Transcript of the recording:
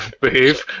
Behave